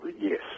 yes